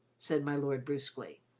said my lord brusquely,